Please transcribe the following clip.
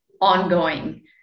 ongoing